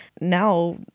Now